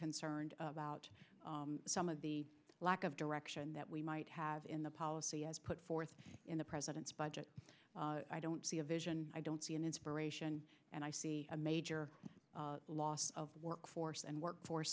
concerned about some of the lack of direction that we might have in the policy as put forth in the president's budget i don't see a vision i don't see an inspiration and i see a major loss of workforce and workforce